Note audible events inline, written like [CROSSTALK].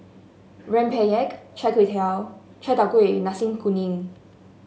rempeyek chai [UNINTELLIGIBLE] [UNINTELLIGIBLE] Chai Tow Kuay Nasi Kuning